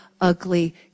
ugly